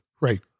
Right